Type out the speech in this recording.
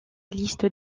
liste